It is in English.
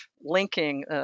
linking